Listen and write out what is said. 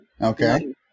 Okay